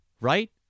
right